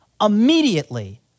immediately